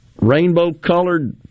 Rainbow-colored